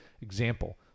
Example